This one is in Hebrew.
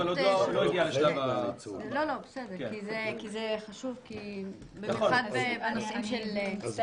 אבל עוד לא הגיע לשלב --- זה חשוב כי במבחן --- אני מצטערת,